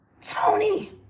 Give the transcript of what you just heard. Tony